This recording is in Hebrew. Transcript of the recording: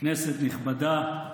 כנסת נכבדה,